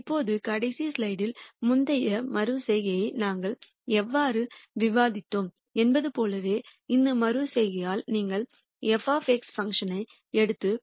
இப்போது கடைசி ஸ்லைடில் முந்தைய மறு செய்கையை நாங்கள் எவ்வாறு விவாதித்தோம் என்பது போலவே இந்த மறு செய்கையில் நீங்கள் f பங்க்ஷன் ஐ எடுத்து பின்னர் 2